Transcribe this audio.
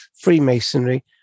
Freemasonry